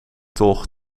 toch